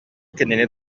кинини